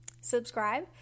subscribe